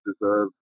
deserve